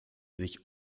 sich